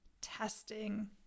testing